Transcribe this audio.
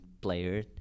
player